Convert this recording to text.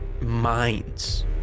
minds